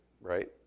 right